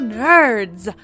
nerds